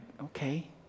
okay